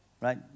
right